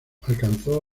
alcanzó